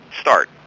start